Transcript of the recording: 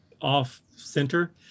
off-center